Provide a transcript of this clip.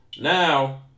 Now